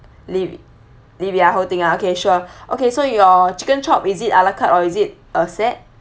leave it leave it ah whole thing ah okay sure okay so your chicken chop is it a la carte or is it uh set